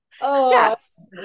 yes